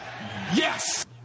Yes